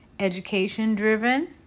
education-driven